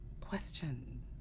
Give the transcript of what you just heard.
question